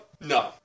no